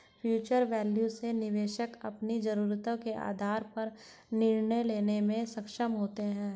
future value से निवेशक अपनी जरूरतों के आधार पर निर्णय लेने में सक्षम होते हैं